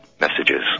messages